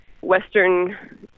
Western